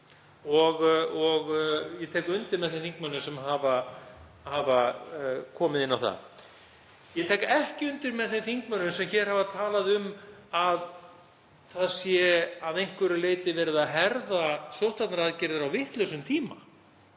og ég tek undir með þeim þingmönnum sem hafa komið inn á það. Ég tek ekki undir með þeim þingmönnum sem hér hafa talað um að að einhverju leyti sé verið að herða sóttvarnaaðgerðir á vitlausum tíma.